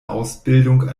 ausbildung